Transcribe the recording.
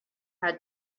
had